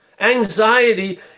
Anxiety